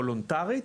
וולונטרית,